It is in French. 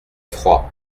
froid